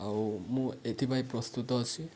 ଆଉ ମୁଁ ଏଥିପାଇଁ ପ୍ରସ୍ତୁତ ଅଛି